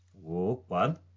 One